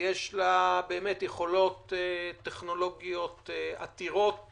שיש לה יכולות טכנולוגיות עתירות